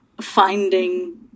finding